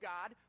God